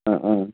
ആ ആ